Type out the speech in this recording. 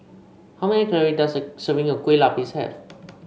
how many calories does a serving of Kueh Lapis have